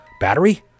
Battery